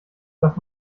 das